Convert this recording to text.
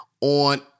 on